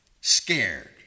scared